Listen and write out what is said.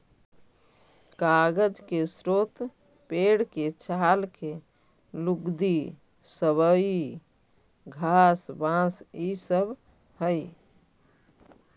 कागज के स्रोत पेड़ के छाल के लुगदी, सबई घास, बाँस इ सब हई